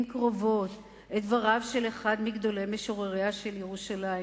קרובות את דבריו של אחד מגדולי משורריה של ירושלים,